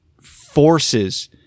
forces